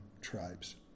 tribes